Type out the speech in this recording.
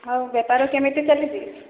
ଆଉ ବେପାର କେମିତି ଚାଲିଛି